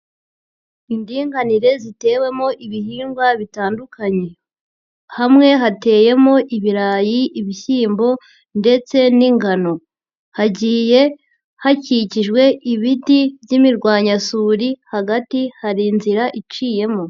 Indinganire zitewemo ibihingwa bitandukanye, hamwe hateyemo ibirayi, ibishyimbo ndetse n'ingano, hagiye hakikijwe ibiti by'imirwanyasuri, hagati hari inzira iciyemo.